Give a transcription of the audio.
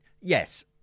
Yes